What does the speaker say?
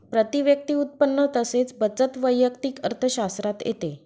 प्रती व्यक्ती उत्पन्न तसेच बचत वैयक्तिक अर्थशास्त्रात येते